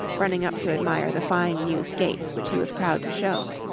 running up to admire the fine new skates which he was proud to show.